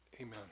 Amen